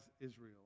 Israel